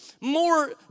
more